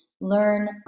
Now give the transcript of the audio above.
learn